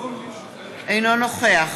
אינו נוכח